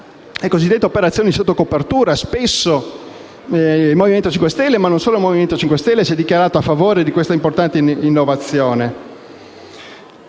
le cosiddette operazioni sotto copertura. Spesso il Movimento 5 Stelle - e non é il solo - si è dichiarato a favore di questa importante innovazione,